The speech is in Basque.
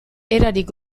erarik